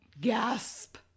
gasp